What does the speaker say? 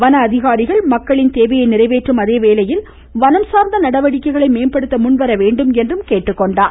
வன அதிகாரிகள் மக்களின் தேவையை நிறைவேற்றும் அதேவேளையில் வனம் சார்ந்த நடவடிக்கைகளை மேம்படுத்த முன்வரவேண்டும் என்றும் கேட்டுக்கொண்டார்